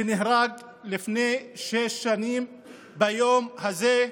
שנהרג לפני שש שנים ביום הזה,